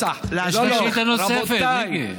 יש לך שאילתה נוספת, מיקי.